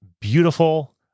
beautiful